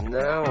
no